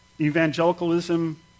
evangelicalism